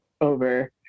over